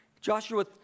Joshua